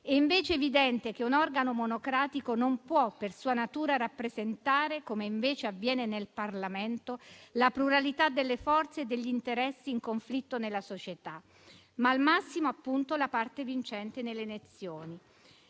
È invece evidente che un organo monocratico non può per sua natura rappresentare - come invece avviene nel Parlamento - la pluralità delle forze e degli interessi in conflitto nella società, ma al massimo, appunto, la parte vincente nelle elezioni.